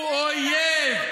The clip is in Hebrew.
הוא אויב.